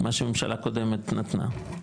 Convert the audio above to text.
מה שממשלה קודמת נתנה,